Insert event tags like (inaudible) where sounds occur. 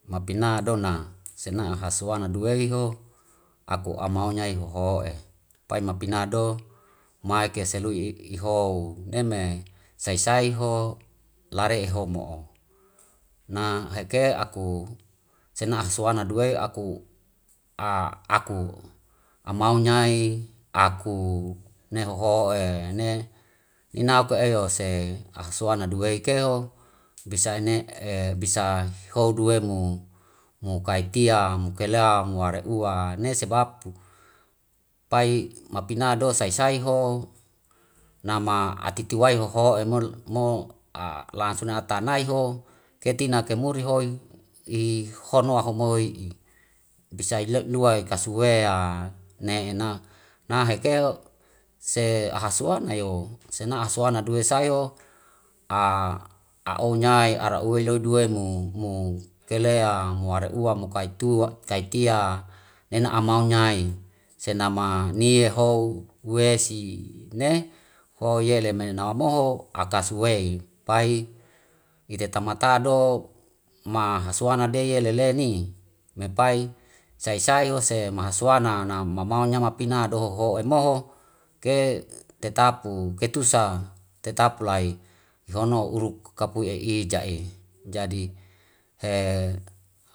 Mapina dona sena hasuana duwei ho aku amau nyai hoho'e. Pai mapina do, maike selui iho neme sai sai ho lare homo. Na heke aku sena asuana due aku (hesitation) aku amau nyai, aku ne hoho'e ne ina aku eyose hasuana duwei keo bisai ne (hesitation) bisa hiho due mo mukai tia mukela mu are ua ne se bapu. Pai mapina do sai sai ho nama atiti wai hoho'e (hesitation) mo (hesitation) lasuna tanai ho ketina kemuri hoi ihono homoi'i bisai le lua kasawea ne ena na hekeo se hasuana yo, sena asuana due sayo (hesitation) a'o nyai ara uwe loi due mo mo kelea mo are uwa mo kaitia nena amau nyai senama niho wesi ne ho yele me namaho akasuwei. Pai ite tamata do ma hasuana de yelele ni, me pai sai sai yose mahasuana na mamau nya mapina do hoho emoho ke tetapu ketusa tetap lai ihono uruk kapui e'ijae jadi he.